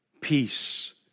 peace